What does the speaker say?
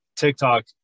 TikTok